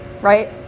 right